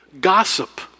gossip